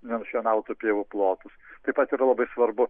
nenušienautų pievų plotus taip pat yra labai svarbu